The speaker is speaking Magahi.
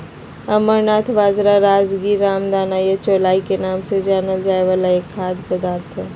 अमरनाथ बाजरा, राजगीरा, रामदाना या चौलाई के नाम से जानल जाय वाला एक खाद्य पदार्थ हई